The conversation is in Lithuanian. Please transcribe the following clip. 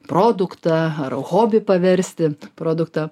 produktą ar hobį paversti produktą